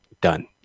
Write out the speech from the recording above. done